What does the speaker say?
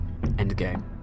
Endgame